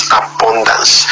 abundance